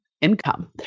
income